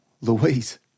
Louise